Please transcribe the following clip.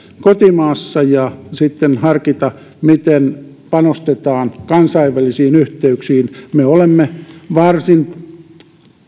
kotimaassa ja sitten harkita miten panostetaan kansainvälisiin yhteyksiin me olemme varsin